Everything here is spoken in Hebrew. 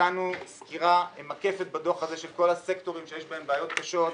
נתנו סקירה מקפת בדוח הזה של כל הסקטורים שיש בהם בעיות קשות,